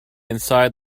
inside